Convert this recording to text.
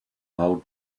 how